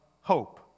hope